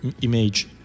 image